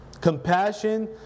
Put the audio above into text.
Compassion